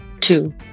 Two